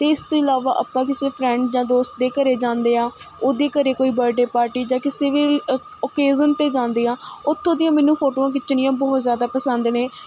ਇਸ ਤੋਂ ਇਲਾਵਾ ਆਪਾਂ ਕਿਸੇ ਫਰੈਂਡ ਜਾਂ ਦੋਸਤ ਦੇ ਘਰੇ ਜਾਂਦੇ ਆ ਉਹਦੇ ਘਰੇ ਕੋਈ ਬਰਡੇ ਪਾਰਟੀ ਜਾਂ ਕਿਸੇ ਓਕੇਜ਼ਨ 'ਤੇ ਜਾਂਦੇ ਹਾਂ ਉੱਥੋਂ ਦੀਆਂ ਮੈਨੂੰ ਫੋਟੋਆਂ ਖਿੱਚਣੀਆਂ ਬਹੁਤ ਜ਼ਿਆਦਾ ਪਸੰਦ ਨੇ